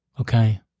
okay